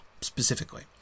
specifically